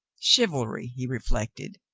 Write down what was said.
chiv alry, he reflected,